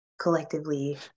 collectively